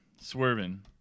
swerving